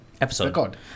Episode